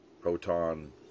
Proton